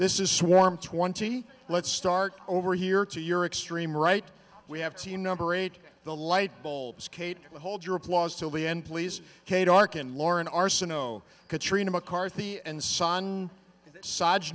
this is swarm twenty let's start over here to your extreme right we have to number eight the light bulbs kate hold your applause till the end please darken lauren arsenault katrina mccarthy and sohn sides